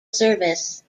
service